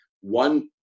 one